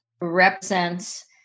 represents